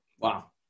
Wow